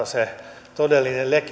se todellinen